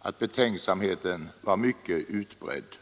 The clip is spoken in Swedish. att betänksamheten var mycket utbredd.